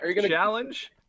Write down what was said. challenge